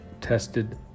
tested